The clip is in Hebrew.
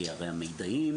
כי הרי המידעים,